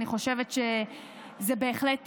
אני חושבת שזה בהחלט